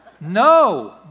No